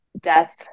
death